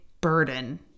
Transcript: burden